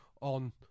on